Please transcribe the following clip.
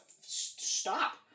stop